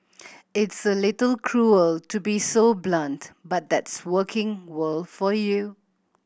it's a little cruel to be so blunt but that's working world for you